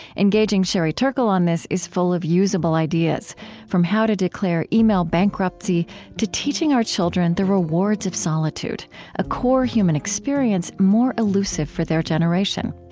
engaging sherry turkle on this is full of usable ideas from how to declare email bankruptcy to teaching our children the rewards of solitude a core human experience more elusive for their generation.